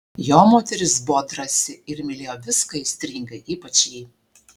jo moteris buvo drąsi ir mylėjo viską aistringai ypač jį